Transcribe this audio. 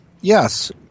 yes